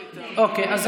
אוקיי,